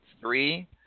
three